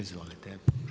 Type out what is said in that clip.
Izvolite.